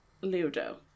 Ludo